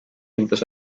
empezó